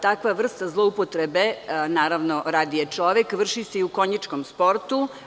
Takva vrsta zloupotrebe, radi je čovek, vrši se i u konjičkom sportu.